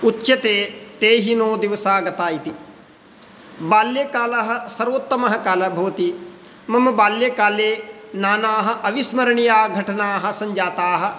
उच्यते ते हि नो दिवसाः गताः इति बाल्यकालः सर्वोत्तमः कालः भवति मम बाल्यकाले नाना अविस्मरणीयाः घटनाः सञ्जाताः